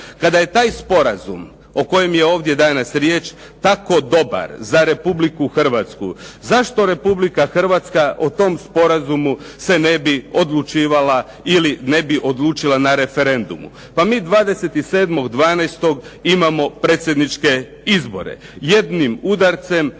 Kada je taj sporazum o kojem je ovdje danas riječ tako dobar za Republiku Hrvatsku, zašto Republika Hrvatska o tom sporazumu se ne bi odlučivala ili ne bi odlučila na referendumu? Pa mi 27.12. imamo predsjedničke izbore. Jednim udarcem,